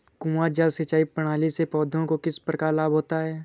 कुआँ जल सिंचाई प्रणाली से पौधों को किस प्रकार लाभ होता है?